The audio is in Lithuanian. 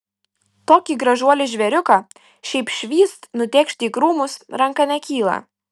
tokį gražuolį žvėriuką šiaip švyst nutėkšti į krūmus ranka nekyla